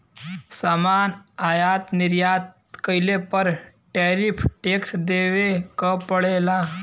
सामान आयात निर्यात कइले पर टैरिफ टैक्स देवे क पड़ेला